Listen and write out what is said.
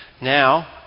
Now